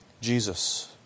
Jesus